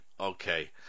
okay